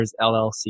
LLC